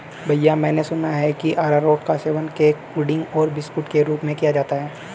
भैया मैंने सुना है कि अरारोट का सेवन केक पुडिंग और बिस्कुट के रूप में किया जाता है